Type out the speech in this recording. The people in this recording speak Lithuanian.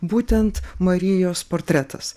būtent marijos portretas